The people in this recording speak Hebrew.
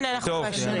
כן, אנחנו מאשרים.